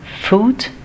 food